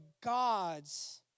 God's